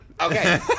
Okay